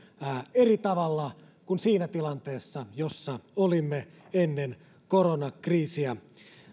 eri tavalla kuin siinä tilanteessa jossa olimme ennen koronakriisiä